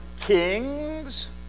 kings